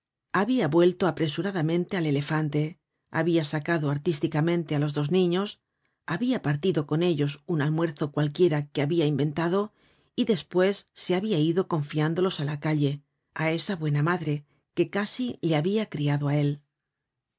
habia vuelto apresuradamente al elefante habia sacado artísticamente á los dos niños habia partido con ellos un almuerzo cualquiera que habia inventado y despues se habia ido confiándolos á la calle á esa buena madre que casi le habia criado á él